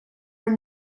are